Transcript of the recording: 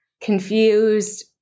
confused